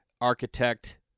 architect